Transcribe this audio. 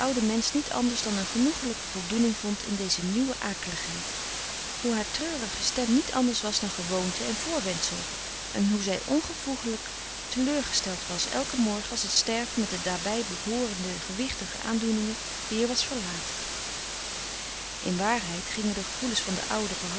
oude mensch niet anders dan een genoegelijke voldoening vond in deze nieuwe akeligheid hoe haar treurige stem niet anders was dan gewoonte en voorwendsel en hoe zij ongevoeliglijk teleurgesteld was elken morgen als het sterven met de daarbij hoorende gewichtige aandoeningen weer was verlaat in waarheid gingen de gevoelens van de oude